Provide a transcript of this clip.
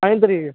पंज तरीक